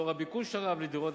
לאור הביקוש הרב לדירות,